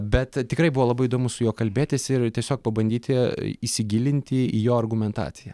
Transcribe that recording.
bet tikrai buvo labai įdomu su juo kalbėtis ir tiesiog pabandyti įsigilinti į jo argumentaciją